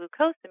glucosamine